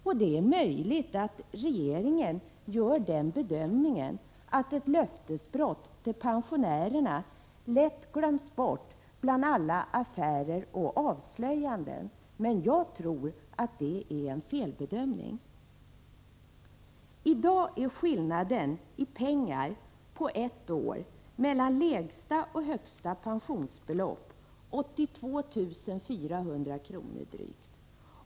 Det är möjligt att regeringen gör den bedömningen att ett löftesbrott beträffande pensionärerna lätt glöms bort bland alla affärer och avslöjanden, men jag tror att det är en felbedömning. I dag är skillnaden i pengar på ett år mellan lägsta och högsta pensionsbelopp drygt 82 400 kr.